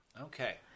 Okay